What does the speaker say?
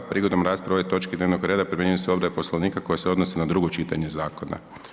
Prigodom rasprave o ovoj točki dnevnog reda primjenjuju se odredbe Poslovnika koje se odnose na drugo čitanje zakona.